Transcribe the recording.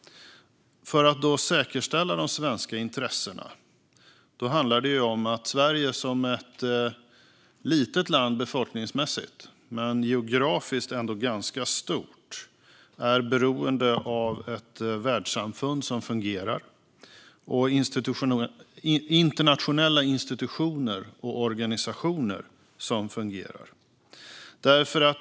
Att säkerställa de svenska intressena handlar om att Sverige, som är ett litet land befolkningsmässigt men ett ganska stort land geografiskt, är beroende av ett världssamfund som fungerar och internationella institutioner och organisationer som fungerar.